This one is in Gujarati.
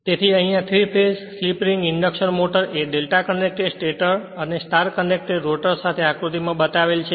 તેથી અહિયાં 3 phase slip ring induction motor એ ડેલ્ટા કનેકટેડ સ્ટેટર અને સ્ટાર કનેકટેડ રોટર સાથે આકૃતી માં બતાવેલ છે